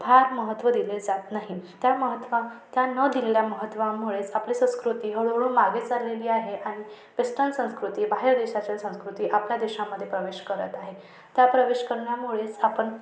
फार महत्त्व दिले जात नाही त्या महत्त्व त्या न दिलेल्या महत्त्वामुळेच आपली संस्कृती हळूहळू मागे चालेली आहे आणि वेस्टन संस्कृती बाहेर देशाच्या संस्कृती आपल्या देशामध्ये प्रवेश करत आहे त्या प्रवेश करण्यामुळेच आपण